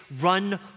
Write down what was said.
run